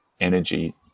energy